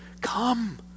come